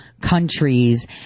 countries